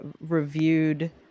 reviewed